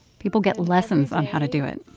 people get lessons on how to do it.